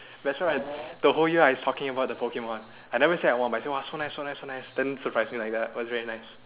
that's why I the whole year I was talking about the Pokemon I never say I want but I say !wah! so nice so nice so nice then surprise me like that it was very nice